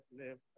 live